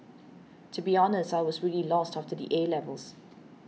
to be honest I was really lost after the A levels